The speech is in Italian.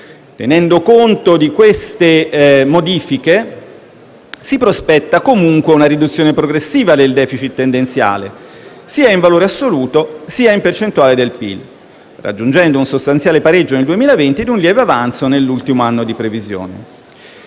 Tenendo conto di queste modifiche, si prospetta comunque una riduzione progressiva del *deficit* tendenziale sia in valore assoluto sia in percentuale del PIL, raggiungendo un sostanziale pareggio nel 2020 e un lieve avanzo nell'ultimo anno di previsione.